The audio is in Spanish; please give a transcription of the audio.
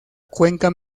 cuenca